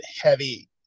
heavy